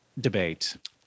debate